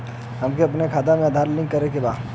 हमके अपना खाता में आधार लिंक करें के बा?